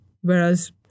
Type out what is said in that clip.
Whereas